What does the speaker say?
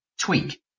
tweak